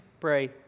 pray